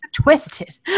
Twisted